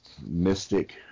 mystic